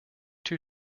two